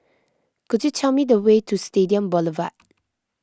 could you tell me the way to Stadium Boulevard